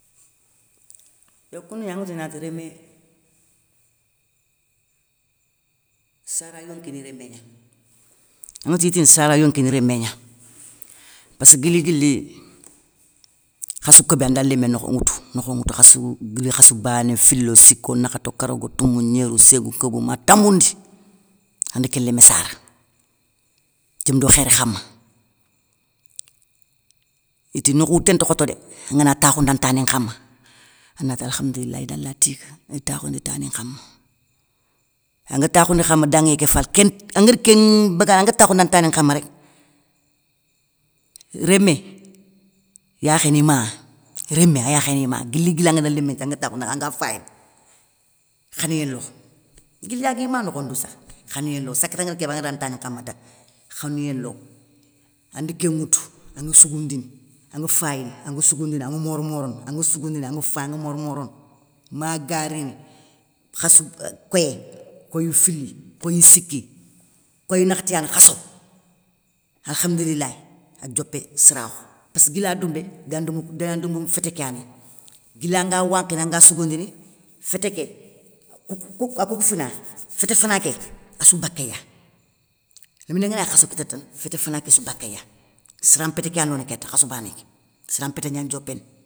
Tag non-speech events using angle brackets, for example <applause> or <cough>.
Yo koundou gnani, anŋatou nanti rémé, sara yonkini rémé gna, anŋatou iti sara yonkini rémé gna, passkeu guili guili khassou kébi anda lémé nokhon ŋwoutou, nokhou nŋwoutou khassou guili khassou bané; filo, siko nakhato, karago toumou gnérou ségou kobou ma tamoundi, anda kén lémé sara, diom do khéri khama. Iti nokho wouté nta khoto dé, angana takhounda tani kama anati alkhamdoulilay ida la tiga idi takhoundi itani nkama. Angari takhoundi ikama danguiyé ké falé kén angari kén <hesitation> béguéy angari takhounda tani nkama rek, rémé yakhé ni ma, rémé a yakhé ni ma, guili guili angana lémé nthiara, angari takhoundi anga fayini, khanouyé lo, guila gui ma nokhoŋe dou sakhe khanouyé lo sakéti angari kébé angari ra ntani nkama ta khanouyé lo. Andi kén ŋwoutou, anŋa sougou ndibni, anŋa fayini, anŋa sougou ndini anŋa mormorono. anŋa sougou ndini anŋa fayini anŋa mormorono, maga rini, khassou, koyé, koyou fili, koyou siki, koyou nakhati yani khasso alkhamdourilay. adiopé sarakhou, passkeu guila doumbé, déna ndoumboukou dénandoumbou fété ké ya néy, guila anga wankhini anga sougoundini. fété ké, kouk akoukoufina, fété fana ké assou bakéya, léminé ngana khasso kita tane fété fana késsou bakéya, saran mpété ké ya lonéy kéta khassou bané ké saran mpété gna diopéne.